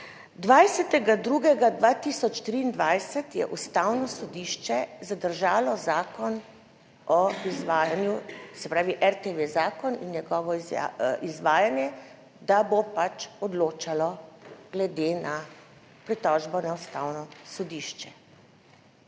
2. 2023 je Ustavno sodišče zadržalo zakon o izvajanju, se pravi RTV zakon in njegovo izvajanje, da bo pač odločalo glede na pritožbo na Ustavno sodišče.